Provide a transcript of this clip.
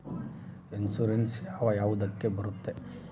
Insurance ಯಾವ ಯಾವುದಕ್ಕ ಬರುತ್ತೆ?